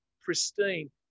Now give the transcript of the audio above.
pristine